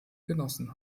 genossen